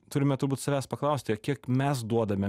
turime turbūt savęs paklausti o kiek mes duodame